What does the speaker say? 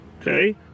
Okay